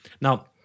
Now